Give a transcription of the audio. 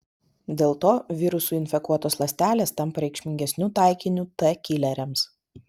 dėl to virusų infekuotos ląstelės tampa reikšmingesniu taikiniu t kileriams